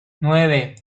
nueve